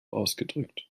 ausgedrückt